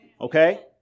Okay